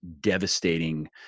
devastating